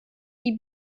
die